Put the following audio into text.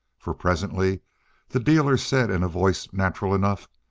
for presently the dealer said, in a voice natural enough